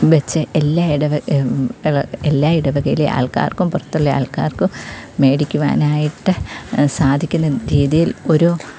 വച്ച് എല്ലാ ഇടവക എല്ലാ ഇടവകയിലെ ആൾക്കാർക്കും പുറത്തുള്ളെ ആൾക്കാർക്കും മേടിക്കുവാനായിട്ട് സാധിക്കുന്ന രീതിയിൽ ഒരു